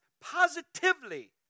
positively